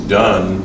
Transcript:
done